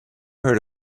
heard